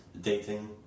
dating